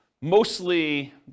mostly